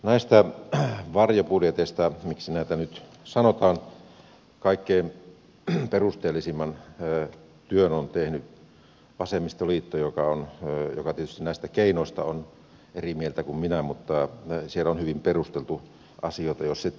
näistä varjobudjeteista vai miksi näitä nyt sanotaan kaikkein perusteellisimman työn on tehnyt vasemmistoliitto joka tietysti näistä keinoista on eri mieltä kuin minä mutta siellä on hyvin perusteltu asioita jos se tie valitaan